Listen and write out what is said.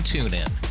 TuneIn